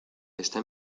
está